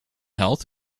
health